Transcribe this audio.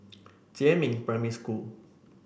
Jiemin Primary School